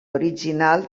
original